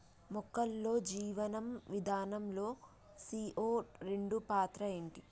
మొక్కల్లో జీవనం విధానం లో సీ.ఓ రెండు పాత్ర ఏంటి?